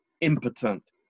impotent